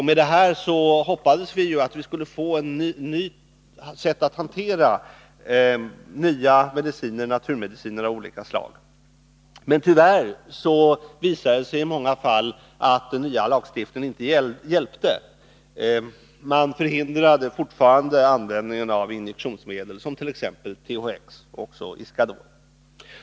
Med det beslutet hoppades vi att ett nytt sätt att hantera naturmediciner av olika slag skulle slå igenom, men tyvärr visade det sig i många fall att den nya lagstiftningen inte hjälpte. Man förhindrade fortfarande användningen av injektionsmedel,t.ex. THX och Iscador.